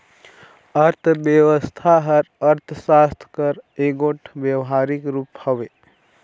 अर्थबेवस्था हर अर्थसास्त्र कर एगोट बेवहारिक रूप हवे